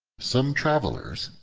some travelers,